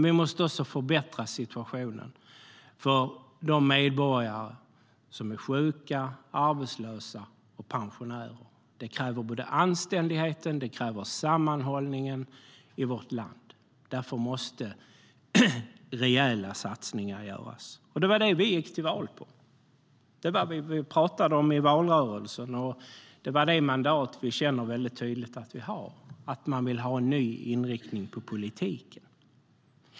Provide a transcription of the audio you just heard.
Vi måste även förbättra situationen för de medborgare som är sjuka, arbetslösa och pensionärer. Det kräver både anständigheten och sammanhållningen i vårt land. Därför måste rejäla satsningar göras, och det var det vi gick till val på. Det var det vi pratade om i valrörelsen, och det är det mandat vi tydligt känner att vi har. Man vill ha en ny inriktning på politiken.